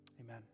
amen